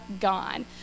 gone